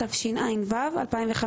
התשע"ו-2015,"